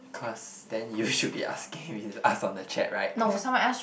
cause then you should be asking if it's ask on the chat right